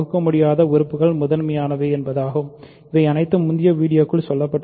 நீங்கள் செய்ய வேண்டியது எல்லாம் பகுக்கமுடியாத கூறுகள் முதன்மையானவை இவை அனைத்தும் முந்தைய வீடியோக்களில் செய்யப்பட்டன